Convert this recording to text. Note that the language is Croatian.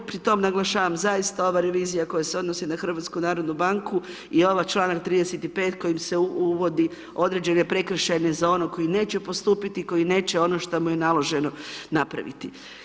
Pri tom naglašavam zaista ova revizija koja se odnosi na HNB i ovaj članka 35. kojim se uvodi određene prekršajne za onog koji neće postupiti, koji neće ono što mu je naloženo napraviti.